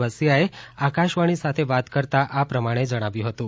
બસિયાએ આકાશવાણી સાથે વાત કરતા આ પ્રમાણે જણાવ્યું હતું